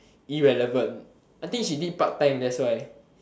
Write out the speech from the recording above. irrelevant I think she did part-time that's why